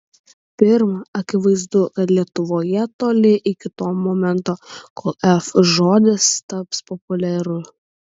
pirma akivaizdu kad lietuvoje toli iki to momento kol f žodis taps populiariu